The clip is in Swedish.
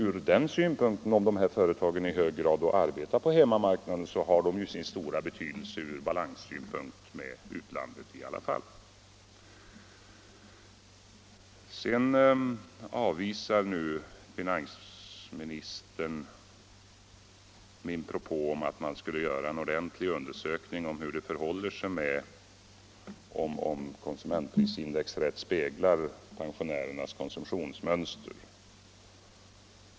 Ur den synpunkten har de företag som i hög grad är inriktade på hemmamarknaden ändå sin stora betydelse för handelsbalansen. Vidare avvisar nu finansministern min propå om att man skulle göra en ordentlig undersökning om huruvida konsumentprisindex rätt speglar pensionärernas konsumtionsmönster.